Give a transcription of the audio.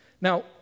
Now